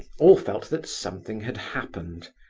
all felt that something had happened,